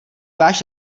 váš